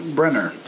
Brenner